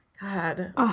God